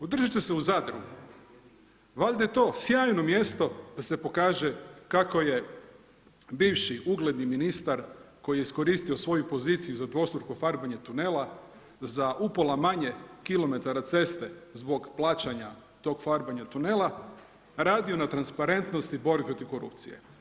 Održat će su u Zadru, valjda je to sjajno mjesto da se pokaže kako je bivši ugledni ministar koji je iskoristio svoju poziciju za dvostruko farbanje tunela, za upola manje kilometara ceste zbog plaćanja tog farbanja tunela, radio na transparentnosti borbe protiv korupcije.